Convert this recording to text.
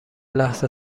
لحظه